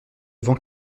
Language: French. vent